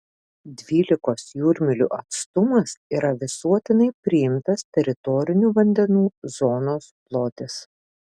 dvylikos jūrmylių atstumas yra visuotinai priimtas teritorinių vandenų zonos plotis